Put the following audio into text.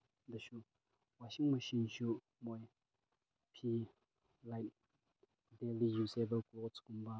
ꯗꯁꯨ ꯋꯥꯁꯤꯡ ꯃꯦꯁꯤꯟꯗꯁꯨ ꯃꯣꯏ ꯐꯤ ꯂꯥꯏꯛ ꯗꯦꯂꯤ ꯌꯨꯖꯦꯕꯜ ꯀ꯭ꯂꯣꯠꯁ ꯀꯨꯝꯕ